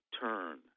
Turn